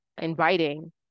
inviting